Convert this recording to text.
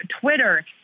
Twitter